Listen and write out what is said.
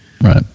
right